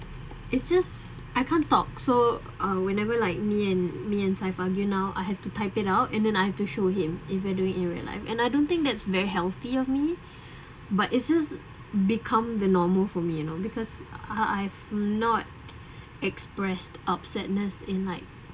it's just I can't talk so uh whenever like me and me and saif argue now I have to type it out and then I have to show him even doing in real life and I don't think that's very healthy of me but it just become the normal for me you know because uh I've not expressed upset-ness in like